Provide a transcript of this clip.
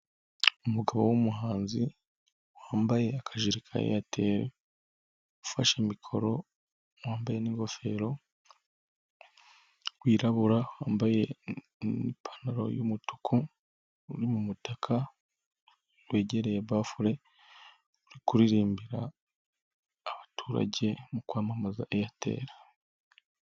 Umugabo w'umuhanzi wambaye akajiri ka Airtel ufashe mikoro wambaye n'ingofero, wirabura wambaye ipantaro y'umutuku uri mu mutaka wegereye bafure uri kuririmbira abaturage mu kwamamaza Airtel.